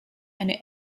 eine